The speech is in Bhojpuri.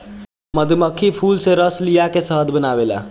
मधुमक्खी फूल से रस लिया के शहद बनावेले